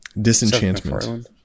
Disenchantment